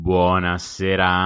Buonasera